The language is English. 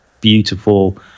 beautiful